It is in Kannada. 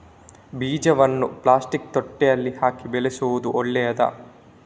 ಬೀಜವನ್ನು ಪ್ಲಾಸ್ಟಿಕ್ ತೊಟ್ಟೆಯಲ್ಲಿ ಹಾಕಿ ಬೆಳೆಸುವುದು ಒಳ್ಳೆಯದಾ?